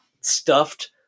stuffed